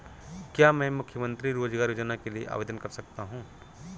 क्या मैं मुख्यमंत्री रोज़गार योजना के लिए आवेदन कर सकता हूँ?